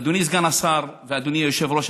אדוני סגן השר ואדוני היושב-ראש,